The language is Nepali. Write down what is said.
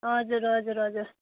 हजुर हजुर हजुर